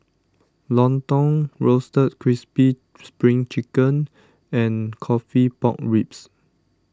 Lontong Roasted Crispy Spring Chicken and Coffee Pork Ribs